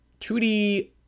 2d